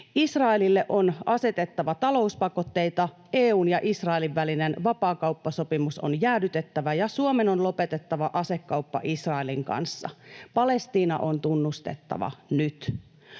Israelille on asetettava talouspakotteita, EU:n ja Israelin välinen vapaakauppasopimus on jäädytettävä ja Suomen on lopetettava asekauppa Israelin kanssa. Palestiina on tunnustettava nyt.